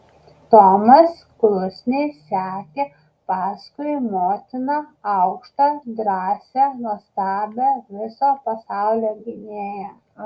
tomas klusniai sekė paskui motiną aukštą drąsią nuostabią viso pasaulio gynėją